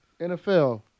NFL